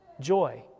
joy